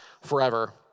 forever